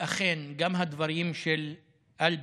ואכן, גם הדברים של אלברט,